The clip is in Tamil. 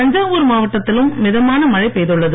தஞ்சாலூர் மாவட்டத்திலும் மிதமான மழை பெய்துள்ளது